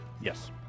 Yes